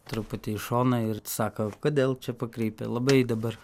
truputį į šoną ir saka kodėl čia pakreipia labai dabar